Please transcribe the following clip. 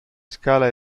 scala